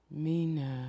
mina